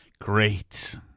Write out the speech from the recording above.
Great